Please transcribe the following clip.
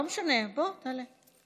לא משנה, בוא, תעלה.